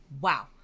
wow